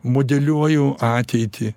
modeliuoju ateitį